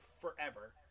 forever